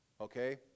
Okay